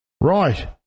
Right